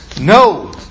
No